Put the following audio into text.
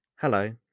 Hello